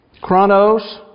chronos